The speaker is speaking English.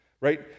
Right